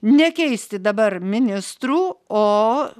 nekeisti dabar ministrų o